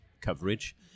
coverage